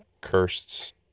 cursed